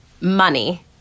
money